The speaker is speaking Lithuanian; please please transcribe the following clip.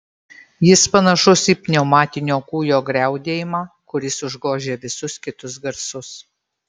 jis panašus į pneumatinio kūjo griaudėjimą kuris užgožia visus kitus garsus